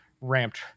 ramped